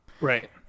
Right